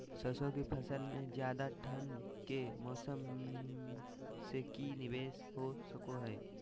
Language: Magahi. सरसों की फसल में ज्यादा ठंड के मौसम से की निवेस हो सको हय?